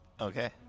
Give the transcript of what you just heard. Okay